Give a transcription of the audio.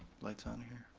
light's on here.